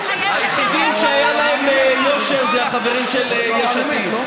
היחידים שהיה להם יושר זה החברים של יש עתיד.